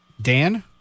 Dan